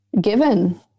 given